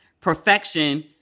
Perfection